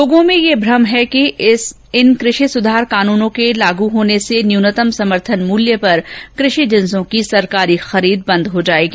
लोगों में ये भ्रम है कि इस कृषि सुधार कानूनों के लागू होने से न्यूनतम समर्थन मूल्य पर कृषि जिन्सों की सरकारी खरीद बंद हो जायेगी